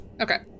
Okay